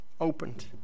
opened